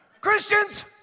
Christians